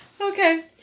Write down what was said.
Okay